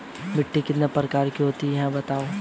मिट्टी कितने प्रकार की होती हैं बताओ?